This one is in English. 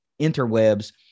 interwebs